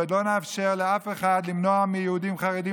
ולא נאפשר לאף אחד למנוע מיהודים חרדים